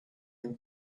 and